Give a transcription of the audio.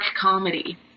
comedy